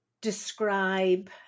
describe